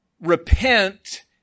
repent